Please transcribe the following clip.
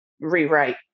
rewrite